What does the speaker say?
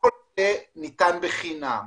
והכול ניתן בחינם.